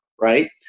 right